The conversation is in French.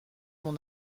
mon